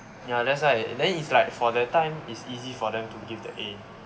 ya that's why then is like for the time is easy for them to give the A